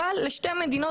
אבל לשתי מדינות,